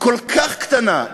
כל כך קטנה,